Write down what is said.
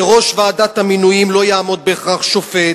בראש ועדת המינויים לא יעמוד בהכרח שופט,